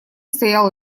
стоял